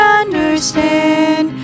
understand